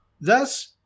Thus